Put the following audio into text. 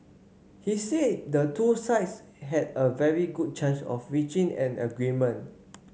he said the two sides had a very good chance of reaching an agreement